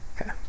Okay